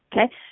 okay